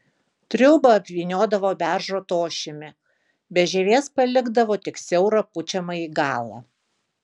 triūbą apvyniodavo beržo tošimi be žievės palikdavo tik siaurą pučiamąjį galą